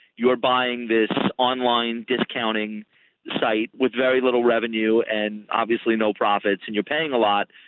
you are buying this online discounting site with very little revenue and obviously no profits and you're paying a lot.